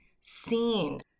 seen